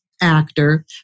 actor